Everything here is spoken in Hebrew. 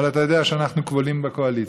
אבל אתה יודע שאנחנו כבולים בקואליציה,